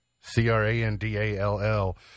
C-R-A-N-D-A-L-L